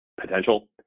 potential